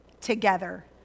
together